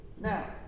Now